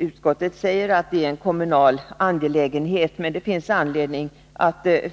Utskottet anser att det är en kommunal angelägenhet, men det finns anledning